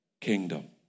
kingdom